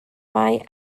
mae